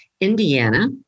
Indiana